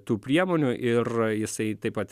tų priemonių ir jisai taip pat